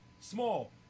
small